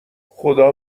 خدا